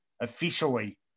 officially